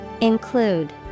Include